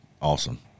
Awesome